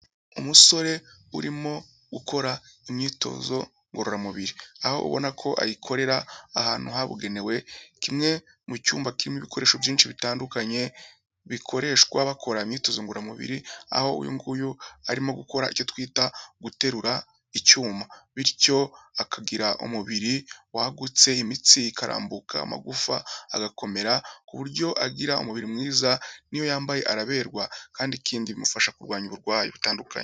Umusore urimo ukora imyitozo ngororamubiri, aho ubona ko ayikorera ahantu habugenewe kimwe mu cyumba kirimo ibikoresho byinshi bitandukanye, bikoreshwa bakora imyitozo ngororamubiri, aho uyu nguyu arimo gukora icyo twita guterura icyuma, bityo akagira umubiri wagutse imitsi ikarambuka amagufa agakomera ku buryo agira umubiri mwiza n'iyo yambaye araberwa kandi ikindi imufasha kurwanya uburwayi butandukanye.